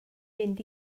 mynd